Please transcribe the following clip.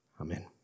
Amen